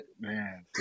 Man